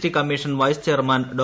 T commission vice chairman Dr